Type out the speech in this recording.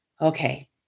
okay